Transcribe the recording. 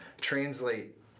translate